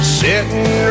sitting